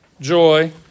joy